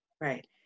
right